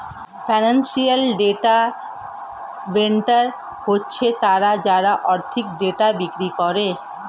financial data vendor হচ্ছে তারা যারা আর্থিক ডেটা বিক্রি করে